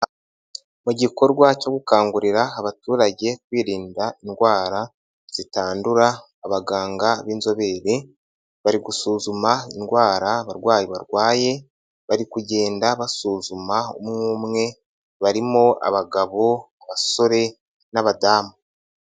Mu gikorwa cyo gukangurira abaturage kwirinda indwara zitandura abaganga b'inzobere bari gusuzuma indwara abarwayi barwaye, bari kugenda basuzuma umwe umwe, barimo abagabo, abasore n'abadamu.